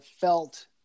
felt